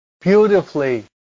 beautifully